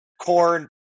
corn